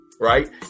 Right